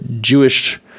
Jewish